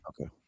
okay